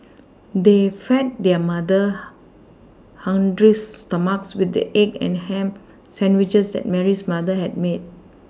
they fed their mother hungry stomachs with the egg and ham sandwiches that Mary's mother had made